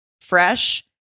fresh